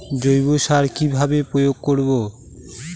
জৈব সার কি ভাবে প্রয়োগ করব?